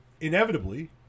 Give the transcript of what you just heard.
Inevitably